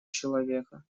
человека